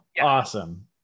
Awesome